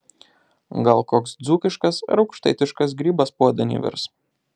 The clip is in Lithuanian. gal koks dzūkiškas ar aukštaitiškas grybas puodan įvirs